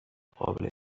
قابل